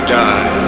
die